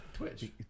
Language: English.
Twitch